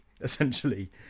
essentially